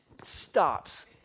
stops